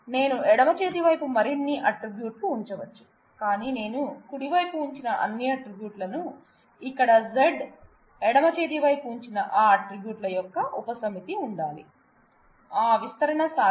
నేను ఎడమ చేతి వైపు మరిన్ని ఆట్రిబ్యూట్లు ఉంచవచ్చు కానీ నేను కుడి వైపు ఉంచిన అన్ని ఆట్రిబ్యూట్ లను ఇక్కడ Z నేను ఎడమ చేతి వైపు ఉంచిన ఆ ఆట్రిబ్యూట్ ల యొక్క ఉపసమితి ఉండాలి ఆ విస్తరణ సాధ్యం